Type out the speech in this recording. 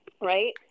Right